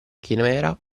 chimera